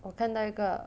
我看到一个